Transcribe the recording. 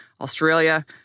Australia